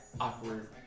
awkward